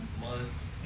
months